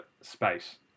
space